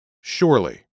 surely